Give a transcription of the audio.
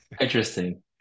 interesting